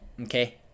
Okay